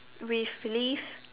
with leaves